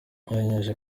abinyujije